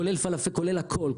כולל הכול,